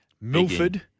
Milford